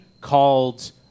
called